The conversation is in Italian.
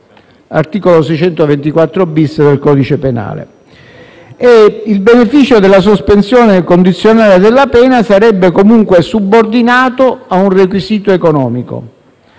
dell'articolo 624-*bis* del codice penale. Il beneficio della sospensione condizionale della pena sarebbe comunque subordinato a un requisito economico: